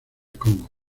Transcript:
congo